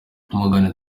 morgan